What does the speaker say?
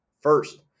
First